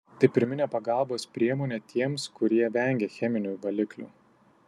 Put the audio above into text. tai pirminė pagalbos priemonė tiems kurie vengia cheminių valiklių